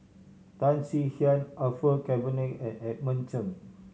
Tan Swie Hian Orfeur Cavenagh and Edmund Cheng